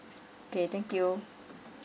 okay thank you